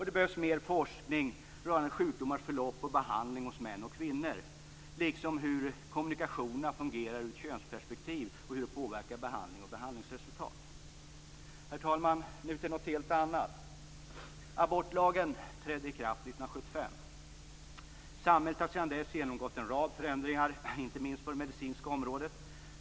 Det behövs mer forskning rörande sjukdomars förlopp och behandling hos män och kvinnor, liksom hur kommunikationerna fungerar ur ett könsperspektiv och hur de påverkar behandling och behandlingsresultat. Herr talman! Låt mig nu gå över till något helt annat. Abortlagen trädde i kraft 1975. Samhället har sedan dess genomgått en rad förändringar, inte minst på det medicinska området.